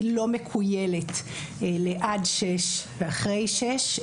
היא לא מכוילת לעד שש ואחרי שש,